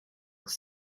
its